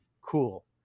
cool